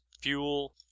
fuel